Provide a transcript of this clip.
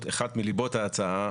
אחת מליבות ההצעה,